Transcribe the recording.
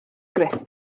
gruff